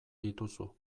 dituzu